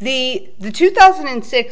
the the two thousand and six